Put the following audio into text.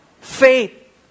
Faith